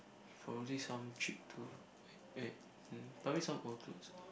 for only some cheap tool wait wait mm probably some old clothes